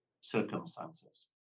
circumstances